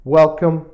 welcome